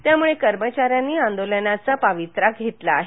त्यामुळे कर्मचार्यांनी आंदोलनाचा पवित्रा घेतला आहे